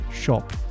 shop